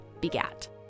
begat